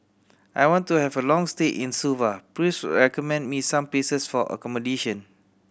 I want to have a long stay in Suva please recommend me some places for accommodation